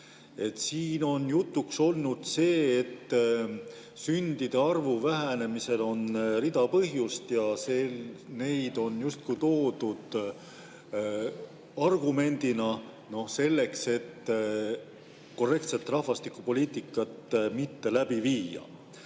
Siin on jutuks olnud see, et sündide arvu vähenemisel on rida põhjusi, ja neid on justkui toodud argumendina selleks, et korrektset rahvastikupoliitikat mitte läbi viia.